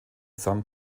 san